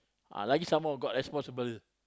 ah lagi some more got responsible